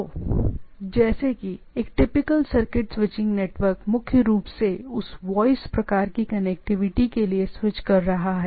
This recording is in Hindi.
तो जैसे कि एक टिपिकल सर्किट स्विचिंग नेटवर्क इस तरह से होता है जो यह है जैसा कि हम जानते हैं कि सर्किट स्विचिंग मुख्य रूप से उस वॉइस प्रकार की कनेक्टिविटी के लिए स्विच कर रहा है